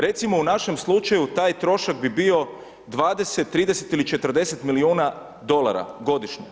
Recimo u našem slučaju taj trošak bi bio 20, 30 ili 40 milijuna dolara godišnje.